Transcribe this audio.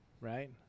Right